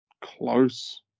close